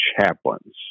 chaplains